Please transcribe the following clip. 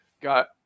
Got